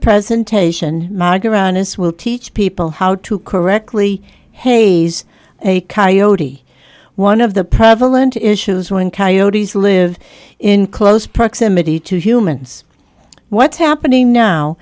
presentation my ground this will teach people how to correctly haze a coyote one of the prevalent issues when coyotes live in close proximity to humans what's happening now